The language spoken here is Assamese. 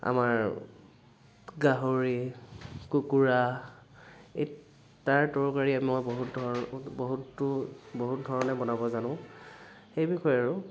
আমাৰ গাহৰি কুকুৰা ই তাৰ তৰকাৰী মই বহুত ধৰণে বহুতো বহুত ধৰণে বনাব জানো সেই বিষয়ে আৰু